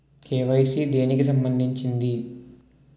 KYC దేనికి సంబందించింది?